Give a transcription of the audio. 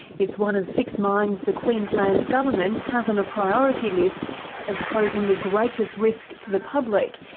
it's one of six mines the queensland government has on a priority list as posing the greatest risk to the public.